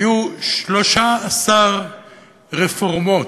היו שלושה-עשר רפורמות,